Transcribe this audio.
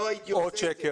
לא הייתי עושה את זה.